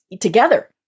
together